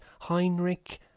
Heinrich